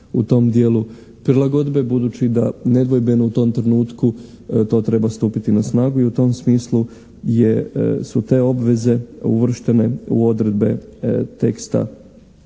u tom dijelu prilagodbe budući da nedvojbeno u tom trenutku to treba stupiti na snagu i u tom smislu je, su te obveze uvrštene u odredbe teksta